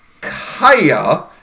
Kaya